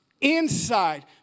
inside